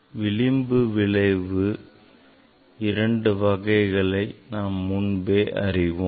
விளிம்பு விளைவுவின் 2 வகைகளை நாம் முன்பே அறிவோம்